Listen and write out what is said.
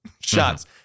shots